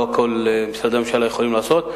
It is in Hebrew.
לא הכול משרדי הממשלה יכולים לעשות.